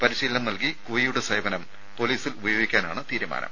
പരിശീലനം നൽകി കുവി യുടെ സേവനം പൊലീസിൽ ഉപയോഗിക്കാനാണ് തീരുമാനം